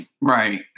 right